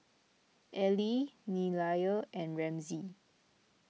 Allie Nelia and Ramsey